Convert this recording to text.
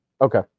Okay